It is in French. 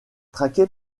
traqué